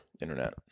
internet